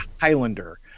Highlander